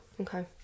Okay